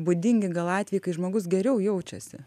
būdingi gal atvejai kai žmogus geriau jaučiasi